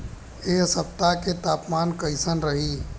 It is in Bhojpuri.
एह सप्ताह के तापमान कईसन रही?